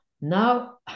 now